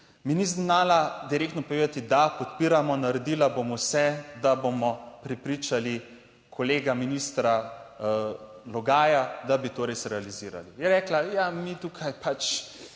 mi ni znala direktno povedati, da podpiramo, naredila bom vse, da bomo prepričali kolega ministra Logaja, da bi to res realizirali. Je rekla, ja, mi tukaj pač